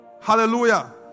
Hallelujah